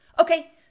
Okay